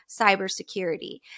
cybersecurity